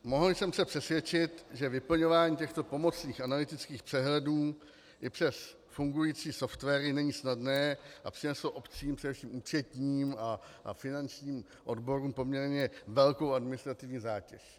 Mohl jsem se přesvědčit, že vyplňování těchto pomocných analytických přehledů i přes fungující softwary není snadné a přineslo obcím, především účetním a finančním odborům, poměrně velkou administrativní zátěž.